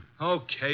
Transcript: Okay